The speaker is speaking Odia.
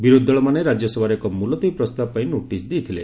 ବିରୋଧୀଦଳମାନେ ରାଜ୍ୟସଭାରେ ଏକ ମୁଲତବୀ ପ୍ରସ୍ତାବ ପାଇଁ ନୋଟିସ୍ ଦେଇଥିଲେ